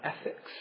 ethics